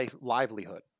livelihood